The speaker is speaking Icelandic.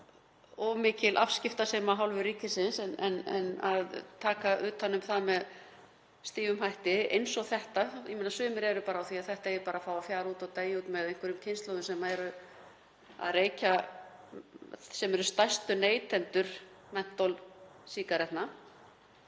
of mikil afskiptasemi af hálfu ríkisins að taka utan um það með stífum hætti. Sumir eru á því að þetta eigi bara að fá að fjara út og deyja út með einhverjum kynslóðum sem eru að reykja og eru stærstu neytendur mentólsígaretta.